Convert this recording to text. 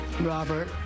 Robert